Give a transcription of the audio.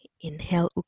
Inhale